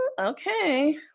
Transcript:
okay